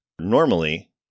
Normally